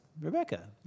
Rebecca